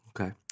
Okay